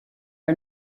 are